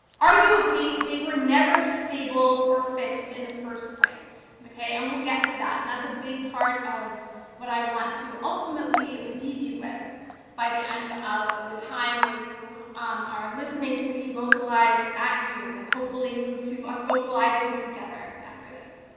arguably, they were never stable or fixed in the first place. and we'll get to that, and that's a big part of what i want to ultimately leave you with by the end of the time where you are listening to me vocalize at you, and hopefully move to us vocalizing together after this.